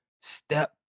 step